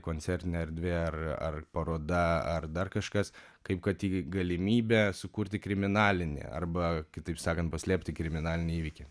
koncertinė erdvė ar ar paroda ar dar kažkas kaip kad galimybė sukurti kriminalinį arba kitaip sakan paslėpti kriminalinį įvykį